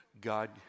God